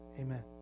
Amen